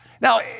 Now